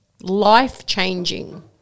life-changing